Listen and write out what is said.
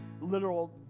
literal